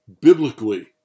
biblically